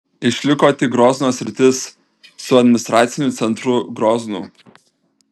išliko tik grozno sritis su administraciniu centru groznu